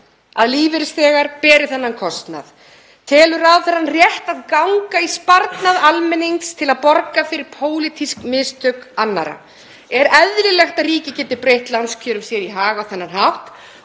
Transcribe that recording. að lífeyrisþegar beri þennan kostnað? Telur ráðherrann rétt að ganga í sparnað almennings til að borga fyrir pólitísk mistök annarra? Er eðlilegt að ríkið geti breytt lánskjörum sér í hag á þennan hátt?